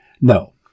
No